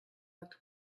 looked